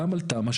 גם על תמ"א,